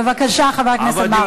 בבקשה, חבר הכנסת מרגי.